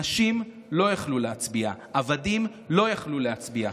נשים לא יכלו להצביע, עבדים לא יכלו להצביע.